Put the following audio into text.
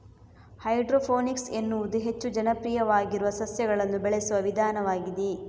hydroponics ಎನ್ನುವುದು ಹೆಚ್ಚು ಜನಪ್ರಿಯವಾಗಿರುವ ಸಸ್ಯಗಳನ್ನು ಬೆಳೆಸುವ ವಿಧಾನವಾಗಿದೆ